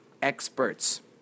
experts